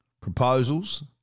Proposals